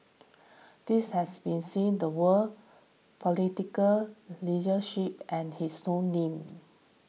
this has been seen the world political leadership and his own name